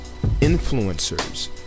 influencers